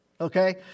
Okay